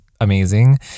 amazing